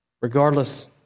regardless